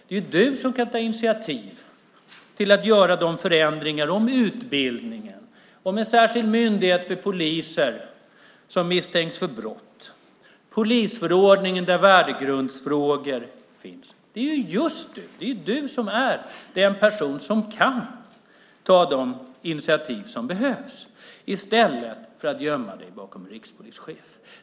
Det är du som kan ta initiativ till att göra förändringar i utbildningen, i fråga om en särskild myndighet för poliser som misstänks för brott, i polisförordningen så att värdegrundsfrågorna finns med. Det är du som är den person som kan ta de initiativ som behövs i stället för att gömma dig bakom rikspolischefen.